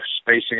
spacing